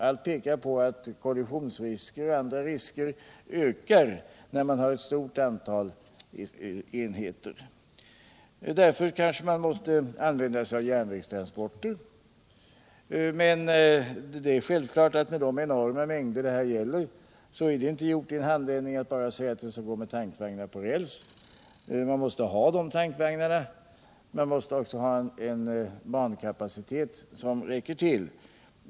Allt pekar på att kollisionsrisker och andra risker ökar när man har ett stort antal enheter. Därför kanske man måste använda sig av järnvägstransporter. Men med de enorma mängder som det här gäller är det inte gjort i en handvändning att låta oljan gå med tankvagnar på räls. Man måste ha dessa tankvagnar. Man måste också ha en bankapacitet som räcker till.